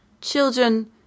children